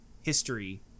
history